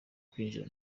kwinjira